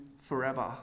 forever